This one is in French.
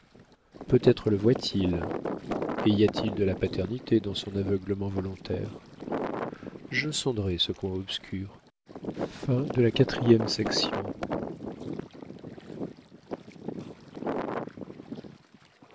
peut-être le voit-il et y a-t-il de la paternité dans son aveuglement volontaire je sonderai ce coin obscur